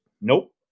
Nope